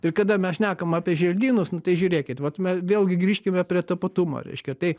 ir kada mes šnekam apie želdynus nu tai žiūrėkit vat me vėlgi grįžkime prie tapatumo reiškia tai